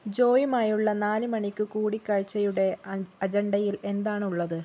ജോയുമായുള്ള നാല് മണിക്ക് കൂടിക്കാഴ്ചയുടെ അജണ്ടയിൽ എന്താണ് ഉള്ളത്